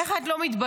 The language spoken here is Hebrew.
איך את לא מתביישת?